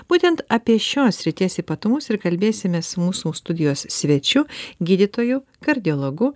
būtent apie šios srities ypatumus ir kalbėsimės su mūsų studijos svečiu gydytoju kardiologu